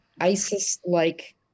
ISIS-like